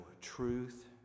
truth